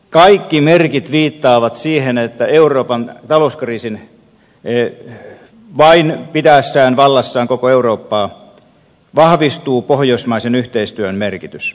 kaikki merkit viittaavat siihen että euroopan talouskriisin vain pitäessä vallassaan koko eurooppaa vahvistuu pohjoismaisen yhteistyön merkitys